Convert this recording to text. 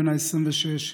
בן 26,